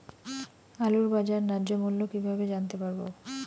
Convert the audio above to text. আলুর বাজার ন্যায্য মূল্য কিভাবে জানতে পারবো?